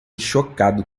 chocado